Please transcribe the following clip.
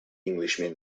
englishman